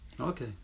Okay